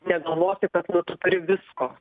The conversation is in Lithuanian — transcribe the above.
negalvoti kad nu tu turi visko